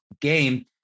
game